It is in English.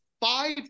five